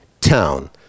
town